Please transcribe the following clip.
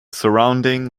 surrounding